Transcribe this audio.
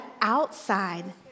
outside